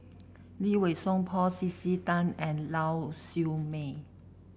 Lee Wei Song Paul C C Tan and Lau Siew Mei